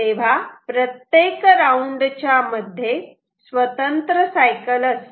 तेव्हा प्रत्येक राऊंड च्या मध्ये स्वतंत्र सायकल असते